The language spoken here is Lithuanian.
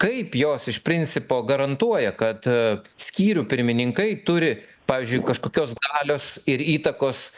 kaip jos iš principo garantuoja kad skyrių pirmininkai turi pavyzdžiui kažkokios galios ir įtakos